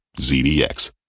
ZDX